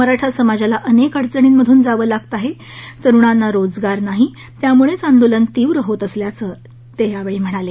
मराठा समाजाला अनेक अडचणींमधून जावे लागत आहे तरुणांना रोजगार नाही त्यामुळेच आंदोलन तीव्र होत असल्याचा असल्याचे ते म्हणाले